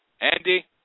Andy